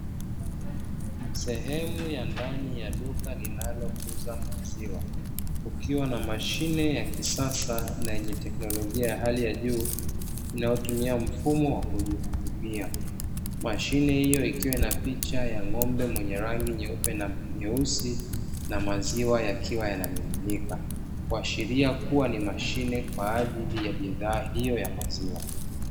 Sehemu ya ndani ya duka linalouza maziwa kukiwa na mashine ya kisasa na yenye teknolojia ya hali ya juu inayotumia mfumo wa kujihudumia. Mashine hiyo ikiwa na picha ya ng'ombe mwenye rangi nyeupe na nyeusi na maziwa yakiwa yanamiminika kuashiria kuwa ni mashine kwa ajili ya bidhaa hiyo ya maziwa.